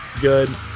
good